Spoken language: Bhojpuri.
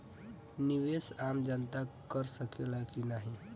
निवेस आम जनता कर सकेला की नाहीं?